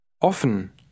Offen